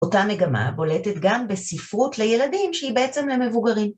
‫אותה מגמה בולטת גם בספרות לילדים, ‫שהיא בעצם למבוגרים.